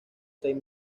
seis